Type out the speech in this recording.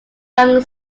young